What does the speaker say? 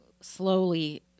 slowly